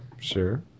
Sure